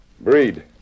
Breed